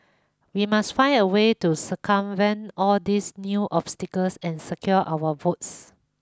we must find a way to circumvent all these new obstacles and secure our votes